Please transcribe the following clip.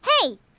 Hey